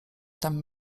tam